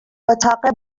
اتاق